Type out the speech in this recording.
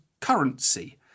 currency